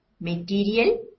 material